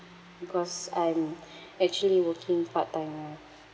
because I'm actually working part time now